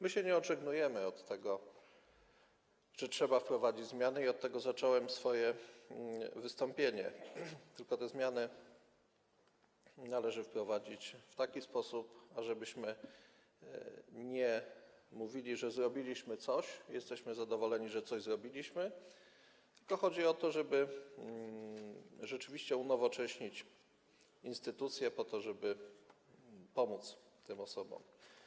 My się nie odżegnujemy od tego, że trzeba wprowadzić zmiany, i od tego zacząłem swoje wystąpienie, tyle że te zmiany należy wprowadzić w taki sposób, abyśmy nie mówili, że coś zrobiliśmy i że jesteśmy zadowoleni, że coś zrobiliśmy, tylko żeby rzeczywiście można było unowocześnić instytucję po to, żeby pomóc tym osobom.